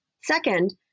Second